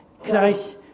Christ